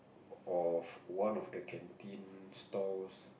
of one of the canteen stores